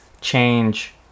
change